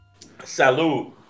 Salud